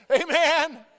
Amen